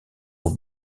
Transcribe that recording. aux